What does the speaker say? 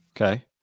Okay